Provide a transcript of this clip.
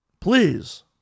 Please